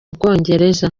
bwongereza